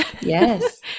Yes